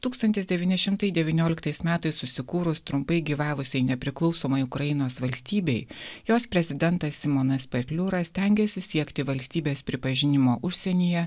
tūkstantis devyni šimtai devynioliktais metais susikūrus trumpai gyvavusiai nepriklausomai ukrainos valstybei jos prezidentas simonas petliūra stengiasi siekti valstybės pripažinimo užsienyje